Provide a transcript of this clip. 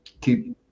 keep